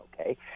okay